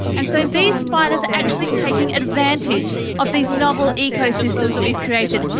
and so these spiders are actually taking advantage of these novel ecosystems that we've created,